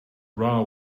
raw